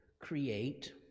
create